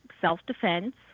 self-defense